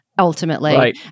ultimately